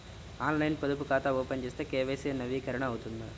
ఆన్లైన్లో పొదుపు ఖాతా ఓపెన్ చేస్తే కే.వై.సి నవీకరణ అవుతుందా?